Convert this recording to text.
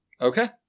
Okay